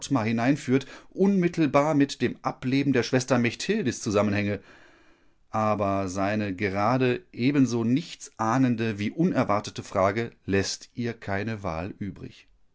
ottmar hineinführt unmittelbar mit dem ableben der schwester mechtildis zusammenhänge aber seine gerade ebenso nichtsahnende wie unerwartete frage läßt ihr keine wahl übrig